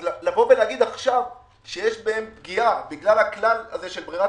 אז להגיד עכשיו שיש בהם פגיעה בגלל הכלל הזה של ברירת